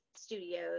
Studios